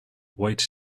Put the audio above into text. wait